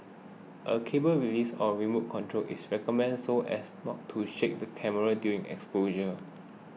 a cable release or remote control is recommended so as not to shake the camera during exposure